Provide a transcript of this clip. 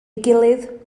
gilydd